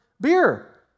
beer